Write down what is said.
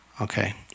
Okay